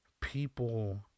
people